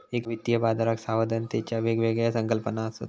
एका वित्तीय बाजाराक सावधानतेच्या वेगवेगळ्या संकल्पना असत